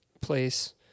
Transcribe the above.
place